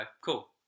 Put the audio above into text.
cool